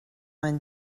vingt